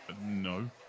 No